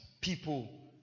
people